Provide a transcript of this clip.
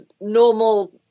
normal